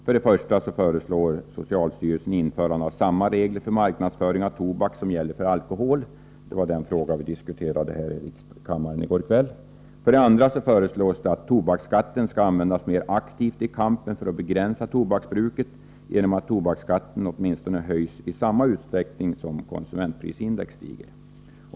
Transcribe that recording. För det första föreslår socialstyrelsen införande av samma regler för marknadsföring av tobaksvaror som gäller för alkohol. Det är den fråga vi diskuterade här i kammaren i går kväll. För det andra föreslås att tobaksskatten skall användas mer aktivt för att begränsa tobaksbruket genom att tobaksskatten åtminstone höjs i samma takt som konsumentprisindex stiger.